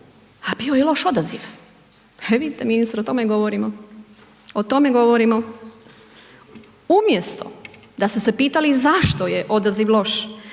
ha bio je loš odaziv. Pa vidite ministre o tome i govorimo, o tome govorimo. Umjesto da ste se pitali zašto je odaziv loš,